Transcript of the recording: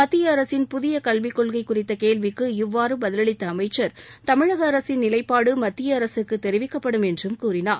மத்திய அரசின் புதிய கல்வி கொள்கை குறித்த கேள்விக்கு இவ்வாறு பதிலளித்த அமைச்சர் தமிழக அரசின் நிலைப்பாடு மத்திய அரசுக்கு தெரிவிக்கப்படும் என்றும் கூறினார்